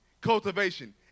cultivation